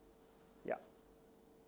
yup